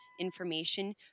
information